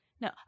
no